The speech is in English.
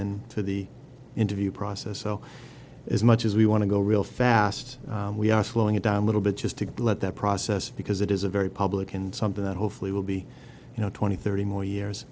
then to the interview process so as much as we want to go real fast we are slowing it down a little bit just to let that process because it is a very public and something that hopefully will be you know twenty thirty more years